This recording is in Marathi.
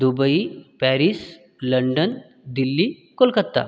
Dubai Paris London Delhi Kolkata